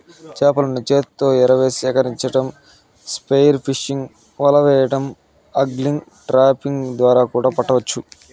చేపలను చేతితో ఎరవేసి సేకరించటం, స్పియర్ ఫిషింగ్, వల వెయ్యడం, ఆగ్లింగ్, ట్రాపింగ్ ద్వారా కూడా పట్టవచ్చు